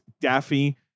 Daffy